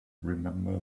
remember